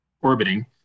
orbiting